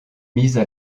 mises